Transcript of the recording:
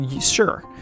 sure